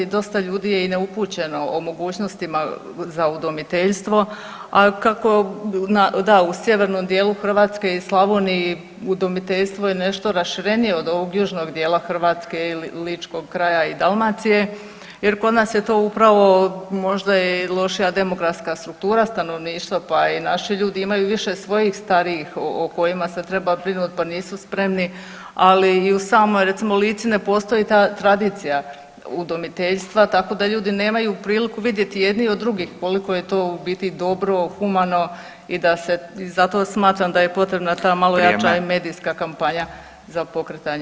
Dosta ljudi je i neupućeno o mogućnostima za udomiteljstvo, a kako da u sjevernom djelu Hrvatske i Slavoniji udomiteljstvo je nešto raširenije od ovog južnog djela Hrvatske ili ličkog kraja i Dalmacije jer kod nas je to upravo možda i lošija demografska struktura stanovništva pa i naši ljudi imaju više svojih starijih o kojima se treba brinut pa nisu spremni, ali i u samoj recimo Lici ne postoji ta tradicija udomiteljstva tako da ljudi nemaju priliku vidjeti jedni od drugih koliko je to u biti dobro, humano i da se, zato smatram da je potrebna ta malo jača [[Upadica: Vrijeme.]] i medijska kampanja za pokretanje